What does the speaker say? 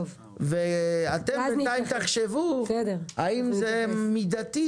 אתם בינתיים תחשבו האם הסעיף הזה מידתי,